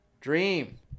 dream